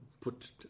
put